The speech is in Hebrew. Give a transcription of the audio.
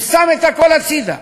הוא שם את הכול הצדה,